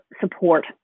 support